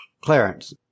Clarence